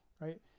right